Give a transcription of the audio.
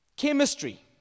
Chemistry